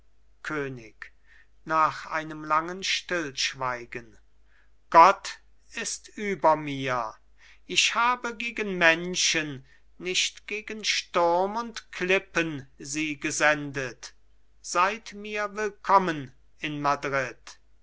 könig nach einem langen stillschweigen gott ist über mir ich habe gegen menschen nicht gegen sturm und klippen sie gesendet seid mir willkommen in madrid